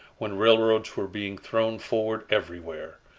when railroads were being thrown forward everywhere.